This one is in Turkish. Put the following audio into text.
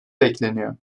bekleniyor